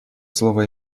слово